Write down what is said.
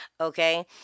okay